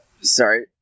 sorry